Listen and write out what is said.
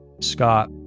Scott